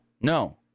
no